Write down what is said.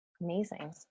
Amazing